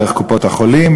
דרך קופות-החולים,